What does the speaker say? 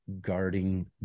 guarding